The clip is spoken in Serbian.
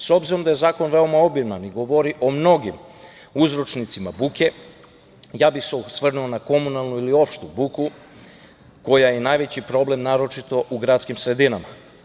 S obzirom da je zakon veoma obiman i govori o mnogim uzročnicima buke, ja bih se osvrnuo na komunalnu ili opštu buku, koja je najveći problem naročito u gradskim sredinama.